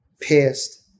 pissed